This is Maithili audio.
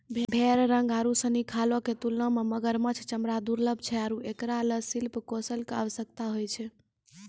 भेड़ रंग आरु सिनी खालो क तुलना म मगरमच्छ चमड़ा दुर्लभ छै आरु एकरा ल शिल्प कौशल कॅ आवश्यकता होय छै